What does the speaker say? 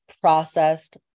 processed